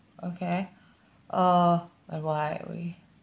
okay uh and why we